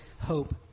hope